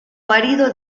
marido